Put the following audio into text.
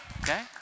Okay